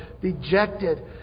dejected